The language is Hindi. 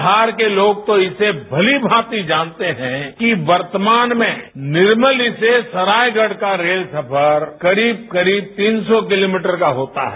बिहार के लोग तो इसे भलीभांति जानते हैं कि वर्तमान में निर्मली से सरायगढ का रेल का सफर करीब करीब तीन सौ किलोमीटर का होता है